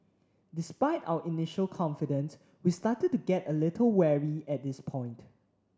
despite our initial confidence we started to get a little wary at this point